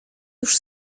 już